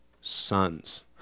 sons